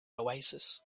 oasis